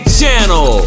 channel